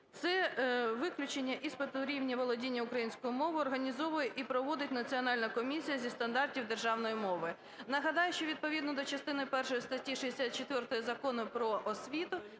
Це виключення "Іспит на рівень володіння українською мовою організовує і проводить Національна комісія зі стандартів державної мови". Нагадаю, що відповідно до частини першої статті 64 Закону "Про освіту"